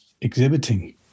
exhibiting